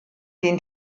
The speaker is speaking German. den